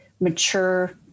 mature